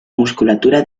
musculatura